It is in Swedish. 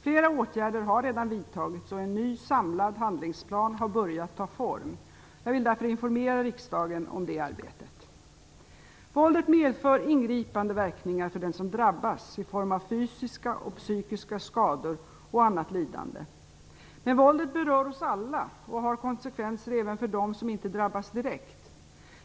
Flera åtgärder har redan vidtagits och en ny samlad handlingsplan har börjat ta form. Jag vill därför informera riksdagen om detta arbete. Våldet medför ingripande verkningar för den som drabbas, i form av fysiska och psykiska skador och annat lidande. Men våldet berör oss alla och har konsekvenser även för dem som inte drabbas direkt.